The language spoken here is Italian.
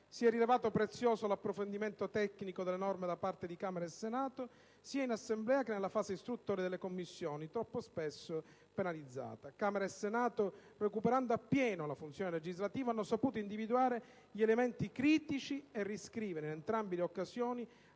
Si è rivelato prezioso l'approfondimento tecnico delle norme da parte di Camera e Senato, sia in Assemblea che nella fase istruttoria delle Commissioni, troppo spesso penalizzata. Camera e Senato, recuperando appieno la funzione legislativa, hanno saputo individuare gli elementi critici e riscrivere, in entrambe le occasioni